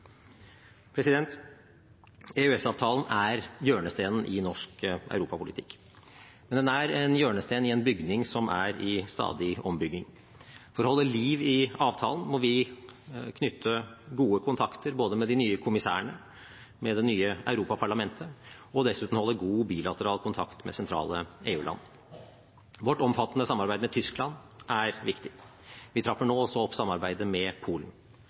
er hjørnesteinen i norsk europapolitikk, men den er en hjørnestein i en bygning som er under stadig ombygging. For å holde liv i avtalen må vi knytte gode kontakter både med de nye kommissærene og med det nye Europaparlamentet og dessuten holde god bilateral kontakt med sentrale EU-land Vårt omfattende samarbeid med Tyskland er viktig. Vi trapper nå også opp samarbeidet med Polen.